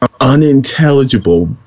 unintelligible